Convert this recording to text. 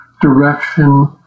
direction